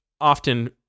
often